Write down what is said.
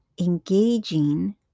engaging